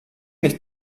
nicht